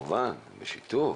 כמובן בשיתוף